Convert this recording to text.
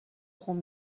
خون